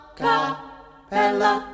cappella